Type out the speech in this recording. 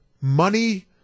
money